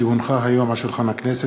כי הונחו היום על שולחן הכנסת,